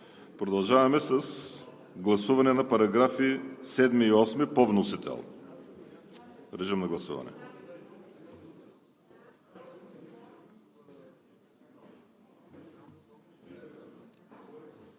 Продължаваме с гласуване на параграфи 7 и 8 по вносител. Гласували